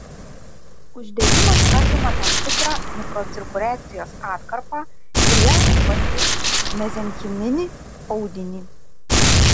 uždegimas apima tam tikrą mikrocirkuliacijos atkarpą ir ją supantį mezenchiminį audinį